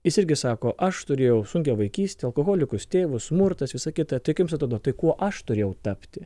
jis irgi sako aš turėjau sunkią vaikystę alkoholikus tėvus smurtas visa kita tai kaip jums atrodo tai kuo aš turėjau tapti